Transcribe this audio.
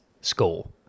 score